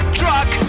truck